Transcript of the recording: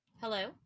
Hello